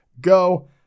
go